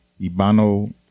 Ibano